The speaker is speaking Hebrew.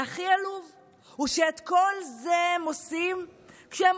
הכי עלוב זה שאת כל זה הם עושים כשהם